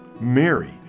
Mary